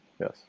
Yes